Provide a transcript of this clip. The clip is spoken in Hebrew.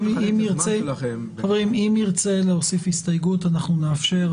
אם חבר הכנסת יריב לוין ירצה להוסיף הסתייגות אנחנו נאפשר,